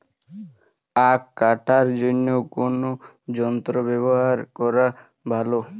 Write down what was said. আঁখ কাটার জন্য কোন যন্ত্র ব্যাবহার করা ভালো?